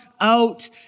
out